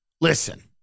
listen